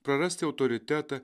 prarasti autoritetą